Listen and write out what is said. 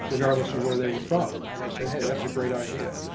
regardless of where they were from and i said hey, that's a great idea.